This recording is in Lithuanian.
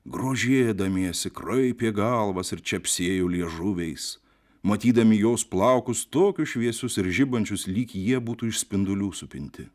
grožėdamiesi kraipė galvas ir čepsėjo liežuviais matydami jos plaukus tokius šviesius ir žibančius lyg jie būtų iš spindulių supinti